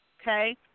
Okay